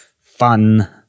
fun